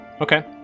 Okay